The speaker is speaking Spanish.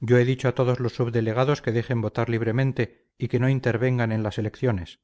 yo he dicho a todos los subdelegados que dejen votar libremente y que no intervengan en las elecciones